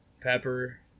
Pepper